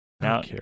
Now